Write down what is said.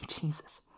Jesus